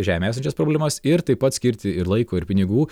žemėje esančias problemas ir taip pat skirti ir laiko ir pinigų